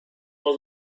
all